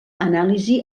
anàlisi